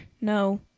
no